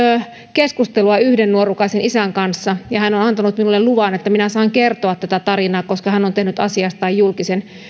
keskustelua yhden nuorukaisen isän kanssa ja hän on antanut minulle luvan että minä saan kertoa tätä tarinaa koska hän on tehnyt asiastaan julkisen